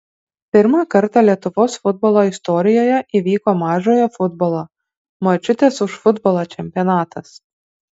pirmą kartą lietuvos futbolo istorijoje įvyko mažojo futbolo močiutės už futbolą čempionatas